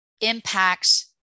impacts